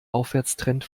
aufwärtstrend